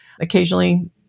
Occasionally